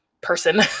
person